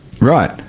right